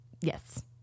Yes